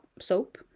soap